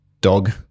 Dog